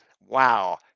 wow